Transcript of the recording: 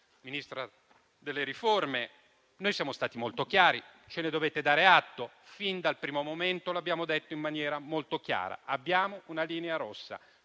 Ministra delle riforme, noi siamo stati molto chiari. Ce ne dovete dare atto. Fin dal primo momento, abbiamo detto in maniera molto chiara che avevamo una linea rossa: